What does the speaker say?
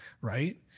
Right